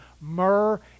myrrh